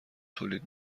تولید